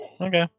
Okay